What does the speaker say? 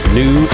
new